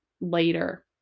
later